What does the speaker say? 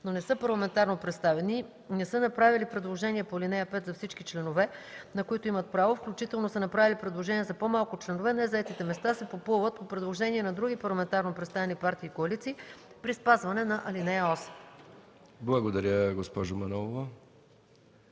но не са парламентарно представени, не са направили предложения по ал. 5 за всички членове, на които имат право, включително са направили предложения за по-малко членове, незаетите места се попълват по предложение на други парламентарно представени партии и коалиции при спазване на ал. 8.” ПРЕДСЕДАТЕЛ МИХАИЛ